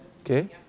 Okay